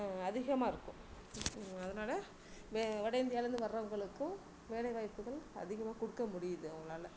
அதிகமாக இருக்கும் அதனால வெ வட இந்தியாவிலேருந்து வர்றவங்களுக்கும் வேலைவாய்ப்புகள் அதிகமாக கொடுக்க முடியுது அவங்களால